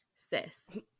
sis